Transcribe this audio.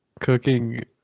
cooking